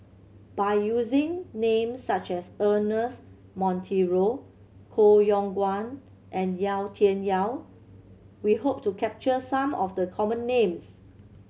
by using names such as Ernest Monteiro Koh Yong Guan and Yau Tian Yau we hope to capture some of the common names